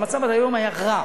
המצב עד היום היה רע,